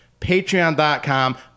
patreon.com